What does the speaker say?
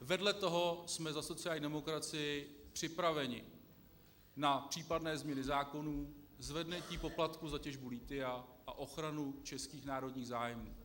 Vedle toho jsme za sociální demokracii připraveni na případné změny zákonů, zvednutí poplatků za těžbu lithia a ochranu českých národních zájmů.